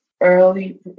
early